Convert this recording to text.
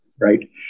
right